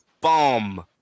bomb